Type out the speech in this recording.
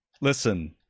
listen